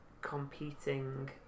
competing